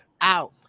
out